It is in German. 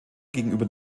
gegenüber